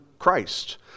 Christ